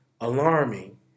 alarming